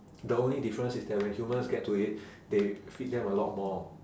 the only difference is that when humans get to eat they feed them a lot more